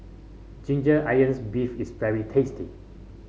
Ginger Onions beef is very tasty